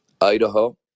Idaho